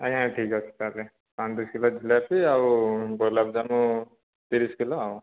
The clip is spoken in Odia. ଆଜ୍ଞା ଠିକ୍ଅଛି ତାହେଲେ ପାଞ୍ଚ ଦଶ କିଲୋ ଜିଲାପି ଆଉ ଗୋଲାପଜାମୁ ତିରିଶ କିଲୋ ଆଉ